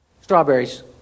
strawberries